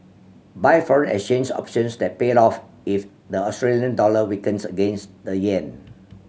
buy foreign exchange options that pay off if the Australian dollar weakens against the yen